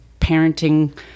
parenting